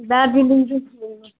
दार्जिलिङ जाऊँ घुम्न